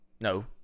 No